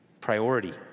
priority